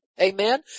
Amen